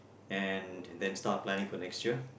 and then start planning for next year